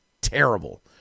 terrible